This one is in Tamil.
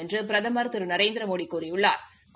என்று பிரதமா் திரு நரேந்திரமோடி கூறியுள்ளாா்